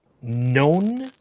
known